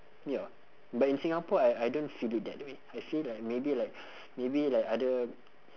ya but in singapore I I don't feel it that way I feel like maybe like maybe like other